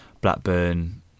Blackburn